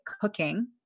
cooking